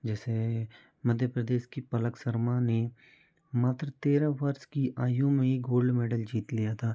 जैसे मध्य प्रदेश की पलक शर्मा ने मात्र तेराह वर्ष की आयु में गोल्ड मेडल जीत लिया था